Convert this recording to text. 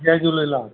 Jay Jhulelal